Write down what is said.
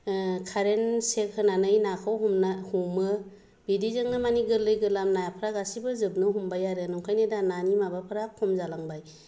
कारेन सेरहोनानै नाखौ हमना हमो बिदिजोंनो माने गोरलै गोरला नाफोरा गासैबो जोबनो हमबाय आरो ओंखायनो दा नानि माबाफोरा खम जालांबाय